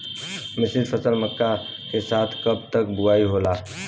मिश्रित फसल मक्का के साथ कब तक बुआई होला?